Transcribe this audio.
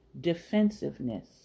Defensiveness